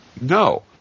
No